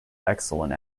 excellent